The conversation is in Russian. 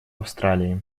австралии